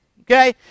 Okay